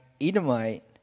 Edomite